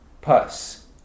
Puss